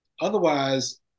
otherwise